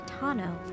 Tano